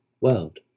world